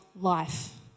life